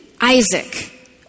Isaac